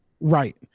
Right